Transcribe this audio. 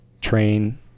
train